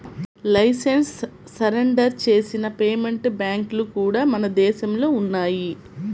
licence surrender చేసిన payment బ్యాంక్లు కూడా మన దేశంలో ఉన్నయ్యి